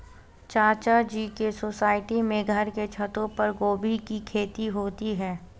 चाचा जी के सोसाइटी में घर के छतों पर ही गोभी की खेती होती है